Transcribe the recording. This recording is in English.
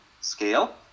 scale